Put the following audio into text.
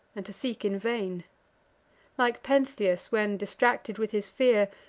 and to seek in vain like pentheus, when, distracted with his fear,